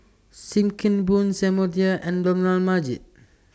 SIM Kee Boon Samuel Dyer and Dollah Majid